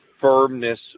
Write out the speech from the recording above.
firmness